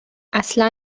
اصلا